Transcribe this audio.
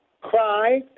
cry